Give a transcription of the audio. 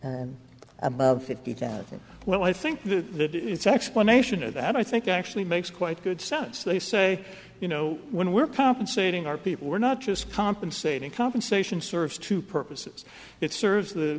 the above fifty thousand well i think the it's explanation of that i think actually makes quite good sense they say you know when we're compensating our people we're not just compensating compensation serves two purposes it serves the